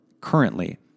currently